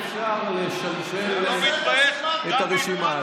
אבל בהצבעה שמית אפשר לשלשל את הרשימה הזאת.